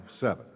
seven